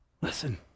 Listen